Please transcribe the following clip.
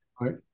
Right